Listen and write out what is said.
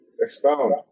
Expound